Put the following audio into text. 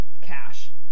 cash